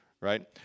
right